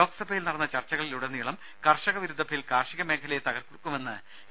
ലോക്സഭയിൽ നടന്ന ചർച്ചകളിലുടനീളം കർഷക വിരുദ്ധബിൽ കാർഷിക മേഖലയെ തകർക്കുമെന്ന് യു